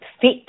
fit